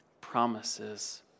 promises